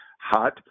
hot